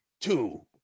two